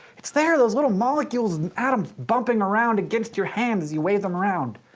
it's there. those little molecules and atoms bumping around against your hands as you wave them around.